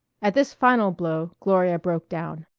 at this final blow gloria broke down.